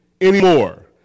anymore